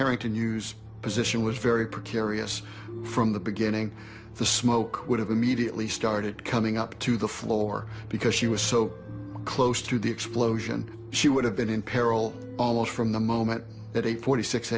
harrington hughes position was very precarious from the beginning the smoke would have immediately started coming up to the floor because she was so close to the explosion she would have been in peril almost from the moment that eight forty six